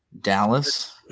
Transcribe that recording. Dallas